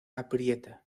aprieta